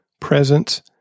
Presence